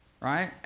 right